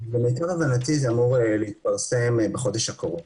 למיטב הבנתי, זה אמור להתפרסם בחודש הקרוב.